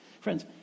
Friends